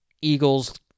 Eagles